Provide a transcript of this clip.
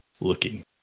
looking